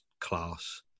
class